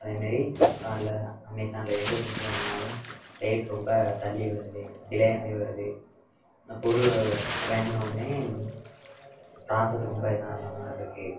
அதேமாரி ஃப்ளிப்கார்ட்டில் அமேஸானில் எந்த பொருள் வாங்கினாலும் டேட் ரொம்ப தள்ளி வருது டிலே ஆகி வருது அந்த பொருள் வாங்குனவோன்னே ப்ராசஸ் ரொம்ப இதான மாதிரி இருக்குது